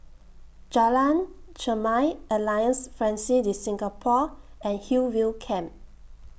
Jalan Chermai Alliance Francaise De Singapour and Hillview Camp